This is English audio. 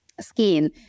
skin